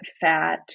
fat